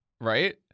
Right